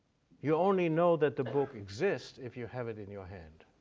you only know that the book exists if you have it in your hand.